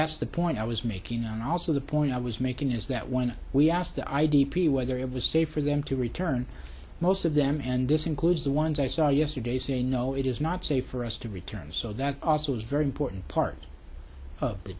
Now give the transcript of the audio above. that's the point i was making and also the point i was making is that when we asked the i d p whether it was safe for them to return most of them and this includes the ones i saw yesterday saying no it is not safe for us to return so that also is very important part of the